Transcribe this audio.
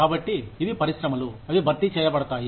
కాబట్టి ఇవి పరిశ్రమలు అవి భర్తీ చేయబడతాయి